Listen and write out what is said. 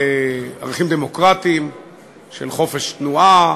ערכים דמוקרטיים של חופש תנועה,